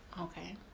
Okay